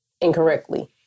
incorrectly